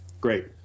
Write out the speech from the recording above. great